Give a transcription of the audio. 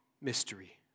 mystery